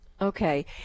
Okay